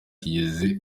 kigeze